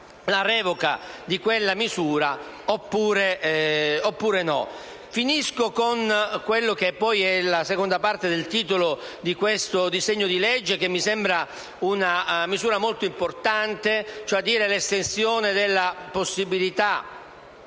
la revoca di quella misura. Termino con un riferimento alla seconda parte del titolo di questo disegno di legge, che mi sembra una misura molto importante, cioè l'estensione della possibilità